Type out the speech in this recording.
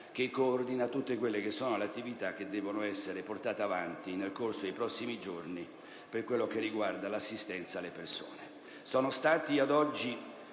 che coordina tutte le attività che devono essere portate avanti nel corso dei prossimi giorni per quanto riguarda l'assistenza alle persone.